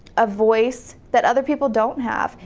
a voice that other people don't have.